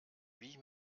wie